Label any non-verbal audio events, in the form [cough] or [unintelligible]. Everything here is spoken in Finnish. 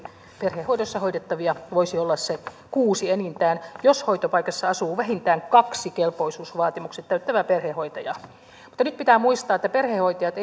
perhehoidossa hoidettavia voisi olla se kuusi enintään jos hoitopaikassa asuu vähintään kaksi kelpoisuusvaatimukset täyttävää perhehoitajaa mutta nyt pitää muistaa että perhehoitajat [unintelligible]